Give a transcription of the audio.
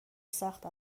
سخت